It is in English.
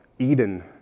Eden